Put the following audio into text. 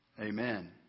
amen